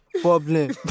Problem